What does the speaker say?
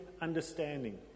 understanding